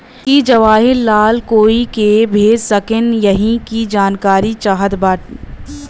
की जवाहिर लाल कोई के भेज सकने यही की जानकारी चाहते बा?